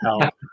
help